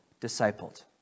discipled